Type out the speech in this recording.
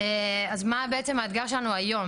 אז מה בעצם האתגר שלנו היום,